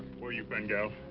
where you been, gal?